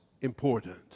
important